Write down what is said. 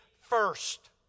first